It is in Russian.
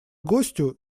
гостю